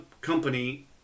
company